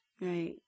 right